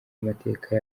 amateka